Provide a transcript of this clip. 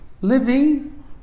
living